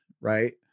Right